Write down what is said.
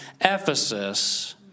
Ephesus